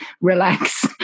relax